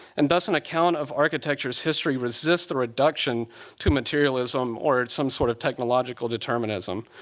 and thus an account of architecture's history resists the reduction to materialism or some sort of technological determinism.